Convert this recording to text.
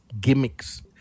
gimmicks